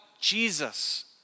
Jesus